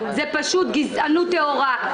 פשוט גזענות טהורה.